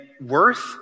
worth